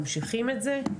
ממשיכים את זה?